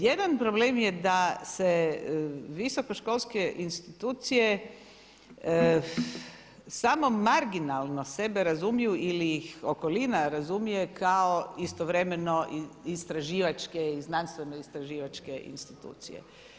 Jedan problem je da se visoko školske institucije samo marginalno sebe razumiju ili ih okolina razumije kao istovremeno istraživačke i znanstveno-istraživačke institucije.